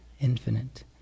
Infinite